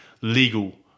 legal